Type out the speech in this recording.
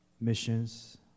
missions